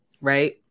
right